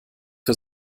für